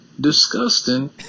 disgusting